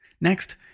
Next